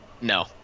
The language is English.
No